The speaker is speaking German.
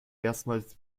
erstmals